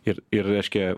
ir ir reiškia